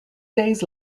days